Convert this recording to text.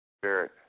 Spirit